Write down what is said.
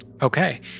Okay